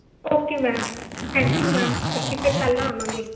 okay ma'am thank you ma'am ਅਸੀਂ ਫਿਰ ਕੱਲ੍ਹ ਆਵਾਂਗੇ